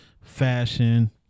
fashion